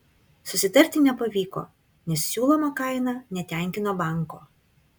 susitarti nepavyko nes siūloma kaina netenkino banko